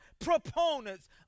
proponents